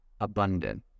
abundant